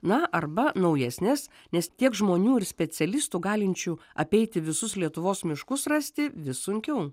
na arba naujesnes nes tiek žmonių ir specialistų galinčių apeiti visus lietuvos miškus rasti vis sunkiau